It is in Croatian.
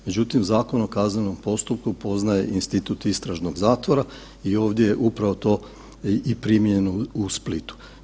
Međutim, Zakon o kaznenom postupku poznaje institut istražnog zatvora i ovdje je upravo to i primijenjeno u Splitu.